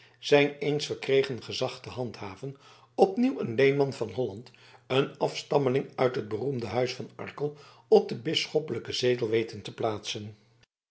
zijn eens verkregen gezag te handhaven opnieuw een leenman van holland een afstammeling uit het beroemde huis van arkel op den bisschoppelijken zetel weten te plaatsen